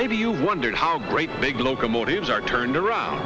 maybe you wondered how great big locomotives are turn around